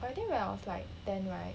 but I think when I was like ten right